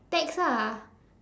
tax ah